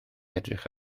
edrych